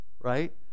right